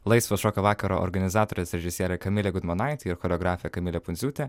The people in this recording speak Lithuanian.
laisvo šokio vakaro organizatorės režisierė kamilė gudmonaitė ir choreografė kamilė pundziūtė